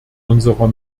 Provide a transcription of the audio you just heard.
unserer